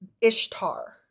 Ishtar